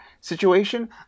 situation